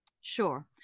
Sure